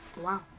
Wow